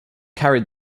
carried